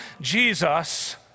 Jesus